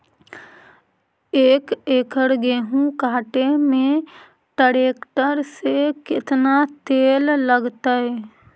एक एकड़ गेहूं काटे में टरेकटर से केतना तेल लगतइ?